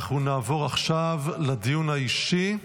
אנחנו נעבור עכשיו לדיון האישי.